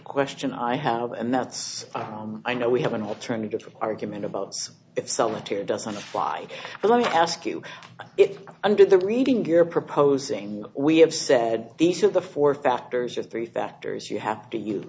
question i have and that's why i know we have an alternative argument about if solitaire doesn't fly but let me ask you if under the reading you're proposing we have said these are the four factors or three factors you have to use